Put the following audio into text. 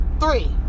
three